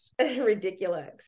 Ridiculous